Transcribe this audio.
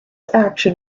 action